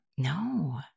No